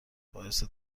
باعث